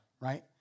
Right